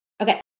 Okay